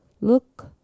Look